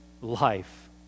life